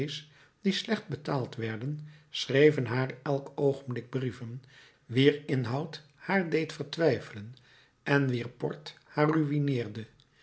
die slecht betaald werden schreven haar elk oogenblik brieven wier inhoud haar deed vertwijfelen en wier port haar